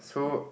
so